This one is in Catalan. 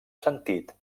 sentit